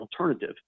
alternative